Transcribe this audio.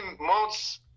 months